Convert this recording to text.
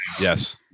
Yes